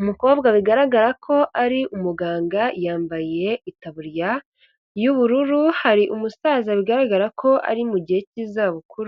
umukobwa bigaragara ko ari umuganga yambaye itaburiya y'ubururu hari umusaza bigaragara ko ari mu gihe cy'izabukuru.